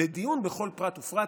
לדיון בכל פרט ופרט,